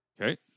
Okay